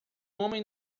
homem